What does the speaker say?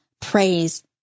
praise